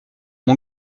mon